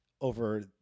over